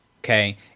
okay